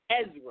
Ezra